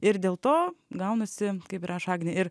ir dėl to gaunasi kaip rašo agnė ir